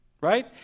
Right